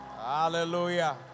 Hallelujah